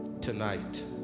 tonight